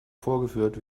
vorgeführt